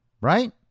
Right